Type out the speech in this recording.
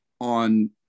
on